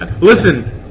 Listen